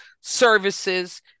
services